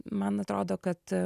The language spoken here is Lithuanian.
man atrodo kad